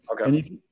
Okay